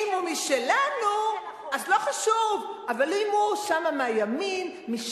זה לא חוק, זו פרשנות מעוותת של